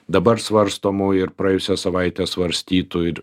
dabar svarstomų ir praėjusią savaitę svarstytų ir